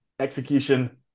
execution